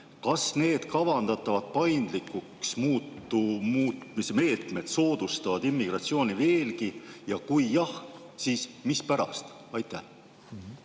Kas need kavandatavad paindlikuks muutmise meetmed soodustavad immigratsiooni veelgi, ja kui jah, siis mispärast?